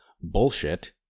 bullshit